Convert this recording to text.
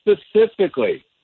specifically